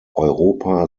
europa